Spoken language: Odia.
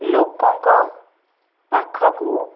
ଲୋକଙ୍କ ପାଖକୁ